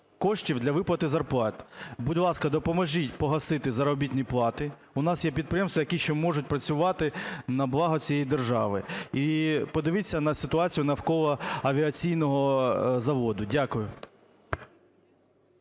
коштів для виплати зарплат. Будь ласка, допоможіть погасити заробітні плати. У нас є підприємства, які ще можуть працювати на благо цієї держави. І подивіться на ситуацію навколо авіаційного заводу. Дякую.